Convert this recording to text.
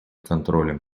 контролем